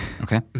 Okay